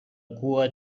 cua